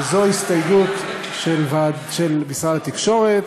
וזו הסתייגות של משרד התקשורת,